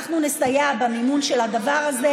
אנחנו נסייע במימון של הדבר הזה,